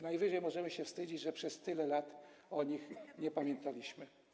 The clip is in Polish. Najwyżej możemy się wstydzić, że przez tyle lat o nich nie pamiętaliśmy.